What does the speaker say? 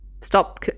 Stop